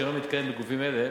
שאינו מתקיים בגופים אלה.